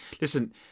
Listen